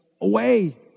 away